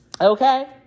Okay